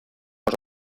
oso